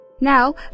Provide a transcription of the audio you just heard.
Now